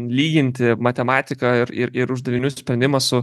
lyginti matematiką ir ir uždavinių sprendimą su